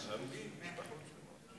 אדוני, שהיו שם הרוגים, משפחות שלמות,